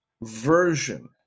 version